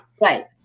Right